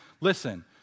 listen